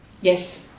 Yes